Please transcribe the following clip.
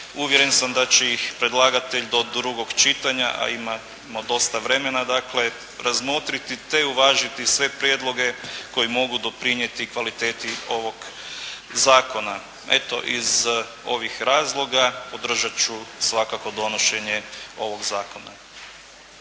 Uvjeren sam da će ih predlagatelj do drugog čitanja, a imamo dosta vremena dakle razmotriti te uvažiti sve prijedloge koji mogu doprinijeti kvaliteti ovog zakona. Eto iz ovih razloga podržat ću svakako donošenje ovog zakona.